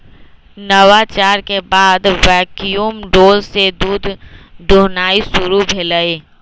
नवाचार के बाद वैक्यूम डोल से दूध दुहनाई शुरु भेलइ